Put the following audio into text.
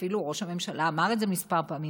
אפילו ראש הממשלה אמר את זה כמה פעמים,